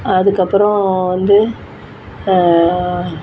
அதுக்கப்பறம் வந்து